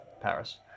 Paris